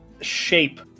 shape